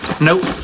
Nope